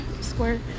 square